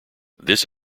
this